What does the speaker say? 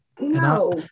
No